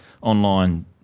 online